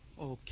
Okay